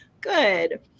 good